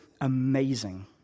amazing